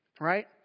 Right